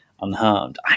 unharmed